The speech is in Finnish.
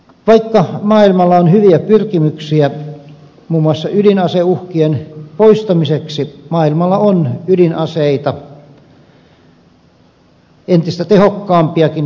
vaikka maailmalla on hyviä pyrkimyksiä muun muassa ydinaseuhkien poistamiseksi maailmalla on ydinaseita entistä tehokkaampiakin kenties